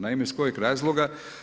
Naime iz kojeg razloga?